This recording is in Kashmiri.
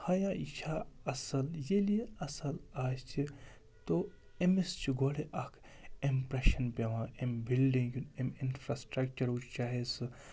ہایا یہِ چھَ اَصٕل ییٚلہِ یہِ اَصٕل آسہِ تو أمِس چھُ گۄڈٕ اَکھ اِمپرٛیشَن پٮ۪وان اَمہِ بِلڈِنٛگ یُن امۍ اِنفرٛاسٹرٛکچَر چاہے سُہ